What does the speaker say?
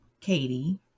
Katie